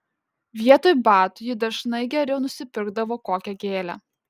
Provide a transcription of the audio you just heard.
vietoj batų ji dažnai geriau nusipirkdavo kokią gėlę